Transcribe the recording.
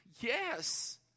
Yes